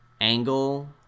angle